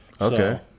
Okay